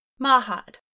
Mahad